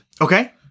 Okay